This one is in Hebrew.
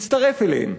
הצטרף אליהם.